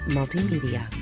Multimedia